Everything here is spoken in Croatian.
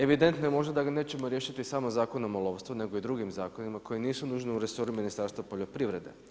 Evidentno je da ga nećemo riješiti samo Zakonom o lovstvu nego i drugim zakonima koji nisu nužno u resoru Ministarstva poljoprivrede.